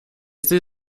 sie